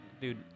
dude